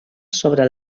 sobre